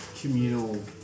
communal